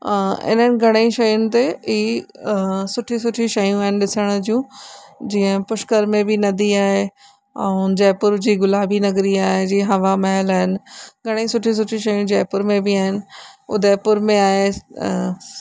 इन्हनि घणेई शयुनि ते ई सुठी सुठी शयूं आहिनि ॾिसण जूं जीअं पुष्कर में बि नदी आहे ऐं जयपुर जी गुलाबी नगरी आहे जीअं हवा महल आहिनि घणेई सुठी सुठी शयूं जयपुर में बि आहिनि उदयपुर में आहे